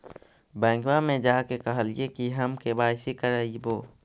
बैंकवा मे जा के कहलिऐ कि हम के.वाई.सी करईवो?